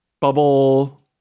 Bubble